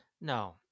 No